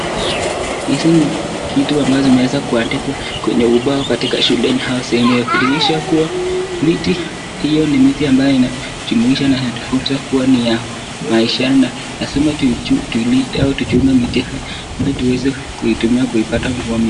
Hizi ni vitu ambazo zimeandikwa kwenye ubao shuleni yenye kuonyesha miti hiyo ni miti ambayo inatufunza maishani na lazima tuweze kuitunza ili tupate mvua mingi.